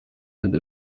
sind